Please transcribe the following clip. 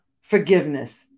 forgiveness